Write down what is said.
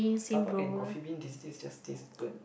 Starbuck and Coffee Bean these days just taste burnt